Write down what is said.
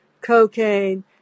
cocaine